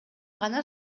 гана